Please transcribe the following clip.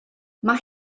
mae